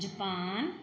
Japan